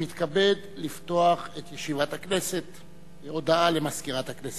אני מתכבד לפתוח את ישיבת הכנסת בהודעה למזכירת הכנסת,